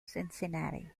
cincinnati